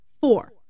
Four